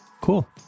Cool